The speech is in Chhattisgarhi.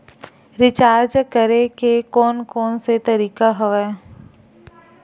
रिचार्ज करे के कोन कोन से तरीका हवय?